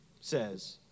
says